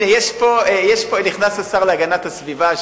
הנה נכנס השר להגנת הסביבה,